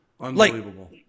Unbelievable